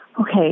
Okay